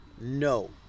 no